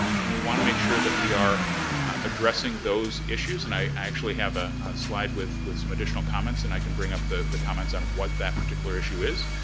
and we wanna make sure that we are addressing those issues. and i actually have a slide with with some additional comments and i can bring up the the comments on what that particular issue is.